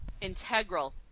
integral